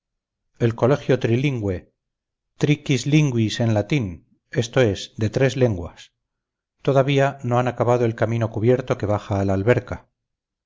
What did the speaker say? el colegio trilingüe triquis lingüis en latín esto es de tres lenguas todavía no han acabado el camino cubierto que baja a la alberca